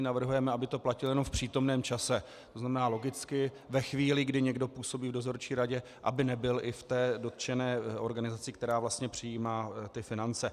Navrhujeme, aby to platilo jenom v přítomném čase, tzn. logicky ve chvíli, kdy někdo působí v dozorčí radě, aby nebyl i v té dotčené organizaci, která vlastně přijímá ty finance.